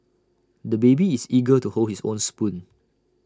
the baby is eager to hold his own spoon